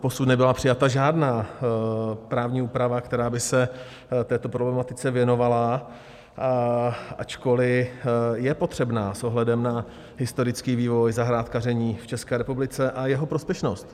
Doposud nebyla přijata žádná právní úprava, která by se této problematice věnovala, ačkoliv je potřebná s ohledem na historický vývoj zahrádkaření v České republice a jeho prospěšnost.